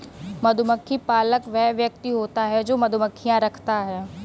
मधुमक्खी पालक वह व्यक्ति होता है जो मधुमक्खियां रखता है